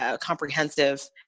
comprehensive